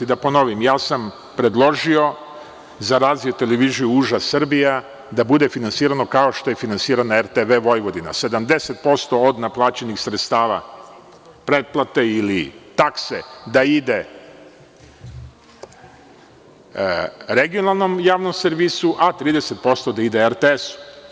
Da ponovim, ja sam predložio za razvoj televizije, uža Srbija, da bude finansirano kao finansiran RTV Vojvodina, 70% od naplaćenih sredstava pretplate ili takse da ide regionalnom javnom servisu, a 30% da ide RTS.